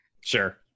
Sure